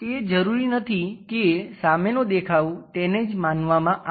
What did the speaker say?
તે જરૂરી નથી કે સામેનો દેખાવ તેને જ માનવામાં આવે